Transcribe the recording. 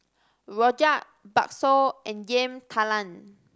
rojak bakso and Yam Talam